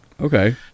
Okay